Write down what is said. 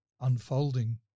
unfolding